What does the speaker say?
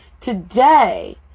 Today